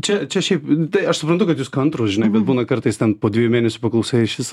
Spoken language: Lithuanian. čia čia šiaip tai aš suprantu kad jūs kantrūs žinai bet būna kartais ten po dviejų mėnesių paklausai šis